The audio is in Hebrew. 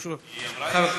חברת